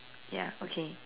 ya okay